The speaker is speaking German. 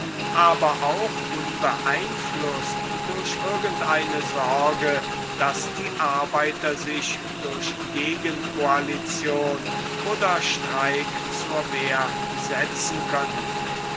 aber auch unbeeinflußt durch irgend eine sorge daß die arbeiter sich durch gegenkoalition oder streik zur wehr setzen könnten